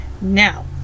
Now